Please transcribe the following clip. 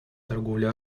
торговли